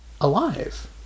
alive